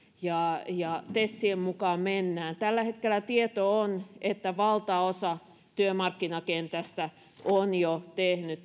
ja ja tesien mukaan mennään tällä hetkellä tieto on se että valtaosa työmarkkinakentästä on jo tehnyt